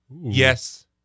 Yes